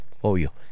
obvio